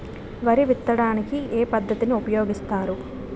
వరి విత్తడానికి ఏ పద్ధతిని ఉపయోగిస్తారు?